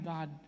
God